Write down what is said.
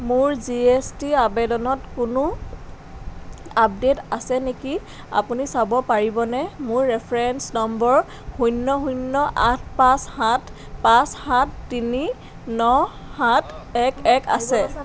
মোৰ G S T আবেদনত কোনো আপডেট আছে নেকি আপুনি চাব পাৰিবনে মোৰ ৰেফাৰেন্স নম্বৰ শূন্য শূন্য আঠ পাঁচ সাত পাঁচ সাত তিনি ন সাত এক এক আছে